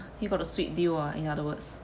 you got a sweet deal ah in other words